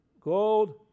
Gold